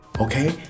Okay